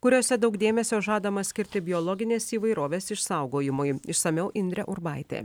kuriose daug dėmesio žadama skirti biologinės įvairovės išsaugojimui išsamiau indrė urbaitė